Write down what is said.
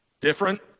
different